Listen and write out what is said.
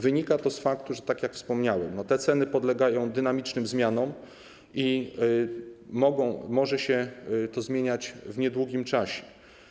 Wynika to z faktu, że tak jak wspomniałem, te ceny podlegają dynamicznym zmianom i może to się zmieniać w niedługim czasie.